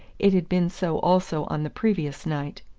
it had been so also on the previous night.